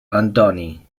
antoni